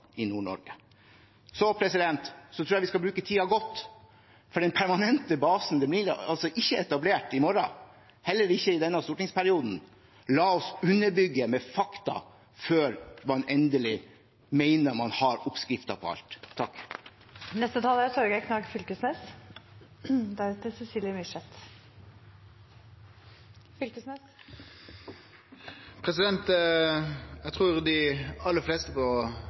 i Nord-Norge. Så tror jeg vi skal bruke tiden godt, for den permanente basen blir ikke etablert i morgen, heller ikke i denne stortingsperioden. La oss underbygge med fakta før vi mener vi har oppskriften på alt. Eg trur dei aller fleste